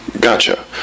Gotcha